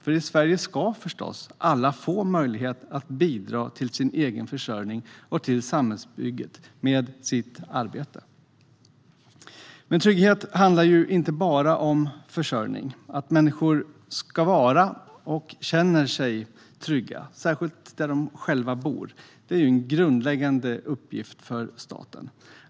I Sverige ska alla få möjlighet att bidra till sin egen försörjning och till samhällsbygget med sitt arbete. Men trygghet handlar inte bara om försörjning. Att människor ska vara och känna sig trygga, särskilt där de själva bor, är en grundläggande uppgift för staten.